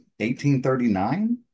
1839